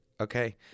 okay